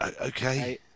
Okay